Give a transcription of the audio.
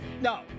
no